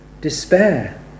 despair